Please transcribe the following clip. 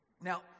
Now